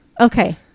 Okay